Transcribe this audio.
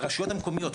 ברשויות המקומיות,